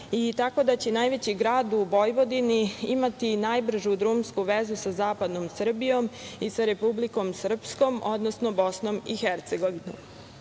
tako da će najveći grad u Vojvodini imati najbržu drumsku vezu sa zapadnom Srbijom i sa Republikom Srpskom, odnosno sa Bosnom i Hercegovinom. Pravac